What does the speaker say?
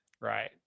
Right